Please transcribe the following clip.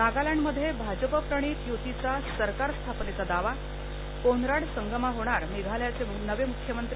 नागालँडमध्ये भाजपा प्रणित युतीचा सरकार स्थापनेचा दावा कोनराड संगमा होणार मेघालचे नवे मुख्यमंत्री